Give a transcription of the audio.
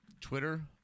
twitter